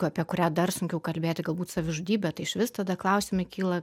apie kurią dar sunkiau kalbėti galbūt savižudybė tai išvis tada klausimai kyla